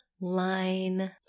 line